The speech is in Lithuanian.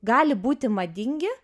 gali būti madingi